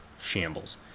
Shambles